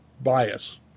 bias